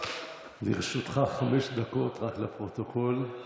לרשותך חמש דקות, רק לפרוטוקול.